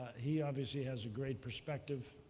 he obviously has a great perspective.